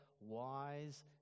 wise